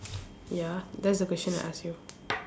ya that's the question I ask you